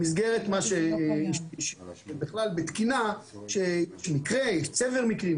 במסגרת התקינה יש צבר מקרים,